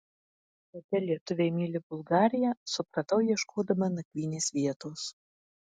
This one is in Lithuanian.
kodėl lietuviai myli bulgariją supratau ieškodama nakvynės vietos